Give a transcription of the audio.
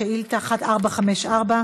שאילתה מס' 1454,